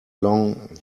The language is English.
long